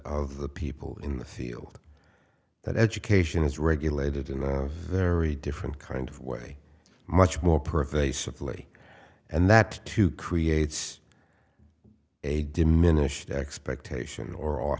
of the people in the field that education is regulated in a very different kind of way much more pervasively and that too creates a diminished expectation or o